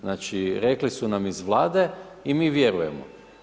Znači, rekli su nam iz Vlade i mi vjerujemo.